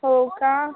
हो का